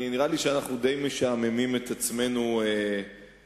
נראה לי שאנחנו די משעממים את עצמנו לדעת,